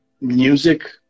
music